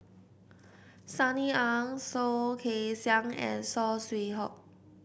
Sunny Ang Soh Kay Siang and Saw Swee Hock